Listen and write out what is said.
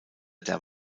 der